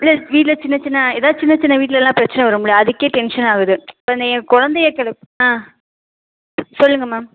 இல்லை வீட்டில் சின்னச் சின்ன ஏதாவது சின்னச் சின்ன வீட்லெலாம் பிரச்சின வரும்ல அதுக்கே டென்ஷன் ஆகுது இப்போ இந்த ஏன் குழந்தைய கெளப் ஆ சொல்லுங்க மேம்